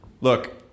look